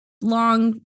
long